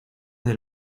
del